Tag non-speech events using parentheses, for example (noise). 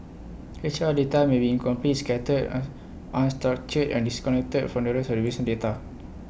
H R data may be incomplete scattered (unintelligible) on unstructured and disconnected from the rest of the recent data